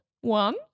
one